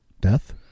Death